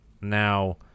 Now